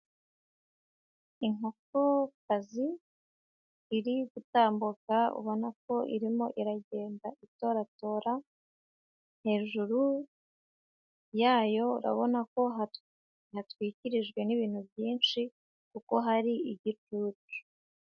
Inkokokazi iri gutambuka ubona ko irimo iragenda itoratora, hejuru yayo urabona ko yatwikirijwe n'ibintu byinshi kuko hari igicucu.